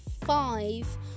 five